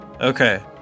Okay